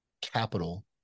capital